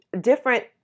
different